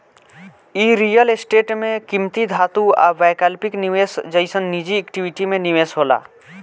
इ real estate में किमती धातु आ वैकल्पिक निवेश जइसन निजी इक्विटी में निवेश होला